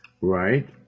Right